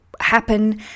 happen